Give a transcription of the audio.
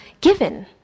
given